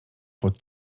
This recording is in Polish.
pod